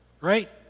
Right